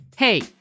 Hey